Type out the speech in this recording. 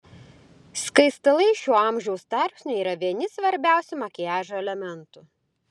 skaistalai šiuo amžiaus tarpsniu yra vieni svarbiausių makiažo elementų